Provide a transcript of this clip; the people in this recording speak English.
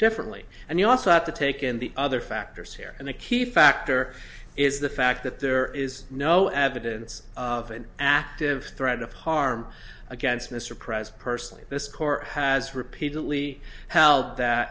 differently and you also have to take in the other factors here and a key factor is the fact that there is no evidence of an active threat of harm against mr prez personally this court has repeatedly helped that